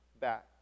back